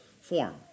form